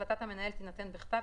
החלטת המנהל תינתן בכתב,